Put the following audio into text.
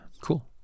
Cool